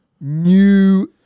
new